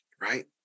right